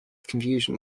confusion